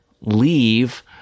leave